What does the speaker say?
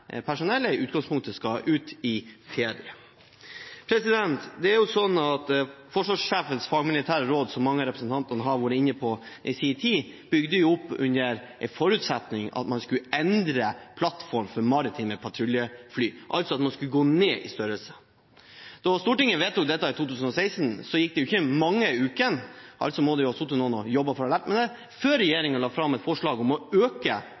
personellet i utgangspunktet skal ut i ferie. Forsvarssjefens fagmilitære råd, som mange av representantene har vært inne på, bygde i sin tid på en forutsetning om at man skulle endre plattform for maritime patruljefly, altså at man skulle gå ned i størrelse. Da Stortinget vedtok dette i 2016, gikk det ikke mange ukene – altså må det ha sittet noen og jobbet parallelt med det – før regjeringen la fram et forslag om å øke